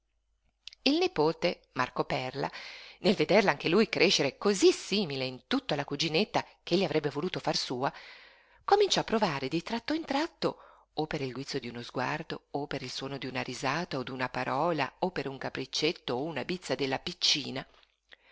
il nipote marco perla nel vederla anche lui crescere cosí simile in tutto alla cuginetta ch'egli avrebbe voluto far sua cominciò a provare di tratto in tratto o per il guizzo di uno sguardo o per il suono d'una risata o d'una parola o per un capriccetto o una bizza della piccina